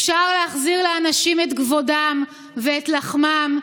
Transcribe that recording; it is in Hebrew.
אפשר להחזיר לאנשים את כבודם ואת לחמם.